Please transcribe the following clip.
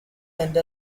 end